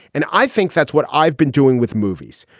and i think that's what i've been doing with movies,